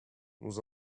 nous